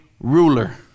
ruler